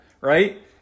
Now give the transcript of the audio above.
right